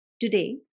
Today